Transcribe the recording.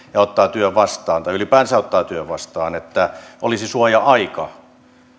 ja ottaa työn vastaan tai ylipäänsä ottaa työn vastaan olisi suoja aika